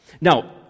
Now